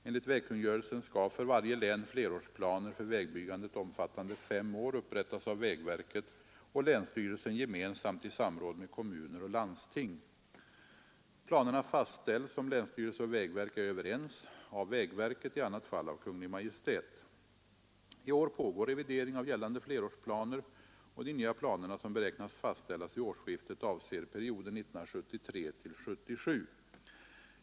Enligt vägkungörelsen skall, för varje län, flerårsplaner för vägbyggandet omfattande fem år upprättas av vägverket och länsstyrelsen gemensamt i samråd med kommuner och landsting stställs — om länsstyrelse och vägverk är överens av Planerna få vägverket, i annat fall av Kungl. Maj:t. I år pågår revidering av gällande flerårsplaner och de nya planerna, som beräknas fastställas vid årsskiftet, avser perioden 1973—1977.